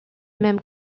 même